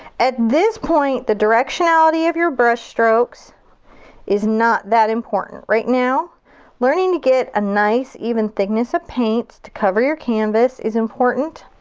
at this point, the directionality of your brush strokes is not that important. right now learning to get a nice, even thickness of paint to cover your canvas is important.